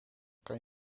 kan